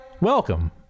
Welcome